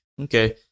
okay